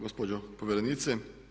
Gospođo povjerenice.